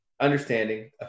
understanding